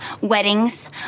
weddings